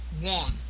one